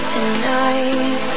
Tonight